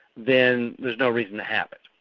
then there's no reason to have it.